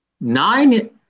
nine